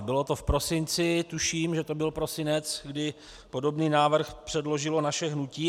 Bylo to v prosinci, tuším, že to byl prosinec, kdy podobný návrh předložilo naše hnutí.